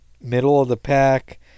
middle-of-the-pack